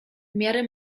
miarę